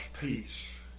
peace